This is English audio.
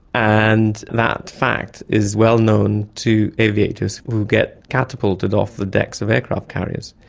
and that fact is well known to aviators who get catapulted off the decks of aircraft carriers.